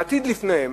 העתיד לפניהם,